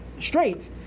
straight